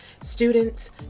students